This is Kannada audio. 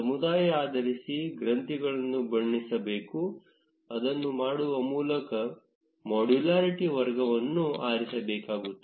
ಸಮುದಾಯ ಆಧರಿಸಿ ಗ್ರಂಥಿಗಳು ಬಣ್ಣಿಸಬೇಕು ಅದನ್ನು ಮಾಡಲು ನಾವು ಮಾಡ್ಯುಲಾರಿಟಿ ವರ್ಗವನ್ನು ಆರಿಸಬೇಕಾಗುತ್ತದೆ